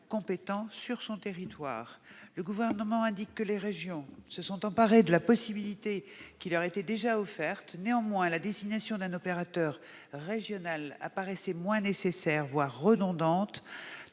compétent sur son territoire. Le Gouvernement indique que les régions se sont emparées de la possibilité qui leur était déjà offerte. Néanmoins, la désignation d'un opérateur paraissait moins nécessaire, voire redondante,